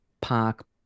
park